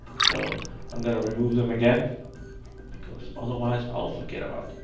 so i'm gonna remove them again because otherwise i'll forget about